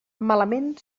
malament